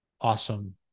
awesome